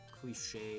cliche